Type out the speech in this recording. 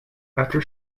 after